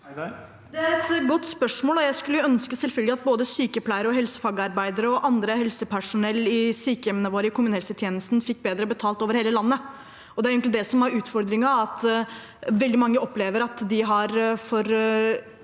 Det er et godt spørsmål, og jeg skulle selvfølgelig ønske at både sykepleiere, helsefagarbeidere og annet helsepersonell i sykehjemmene våre og kommunehelsetjenesten fikk bedre betalt over hele landet. Det er egentlig det som er utfordringen. Veldig mange opplever at de har for